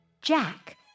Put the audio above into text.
Jack